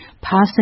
Passing